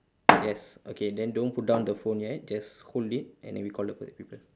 yes okay then don't put down the phone yet just hold it and then we call the per~ people